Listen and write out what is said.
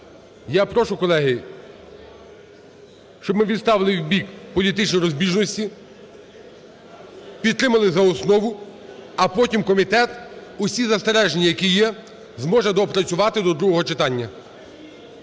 Я прошу, колеги, щоб ми відставили вбік політичні розбіжності, підтримали за основу, а потім комітет усі застереження, які є, зможе доопрацювати до другого читання.